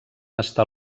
estar